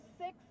six